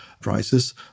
prices